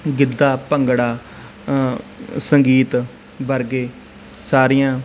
ਗਿੱਧਾ ਭੰਗੜਾ ਸੰਗੀਤ ਵਰਗੇ ਸਾਰੀਆਂ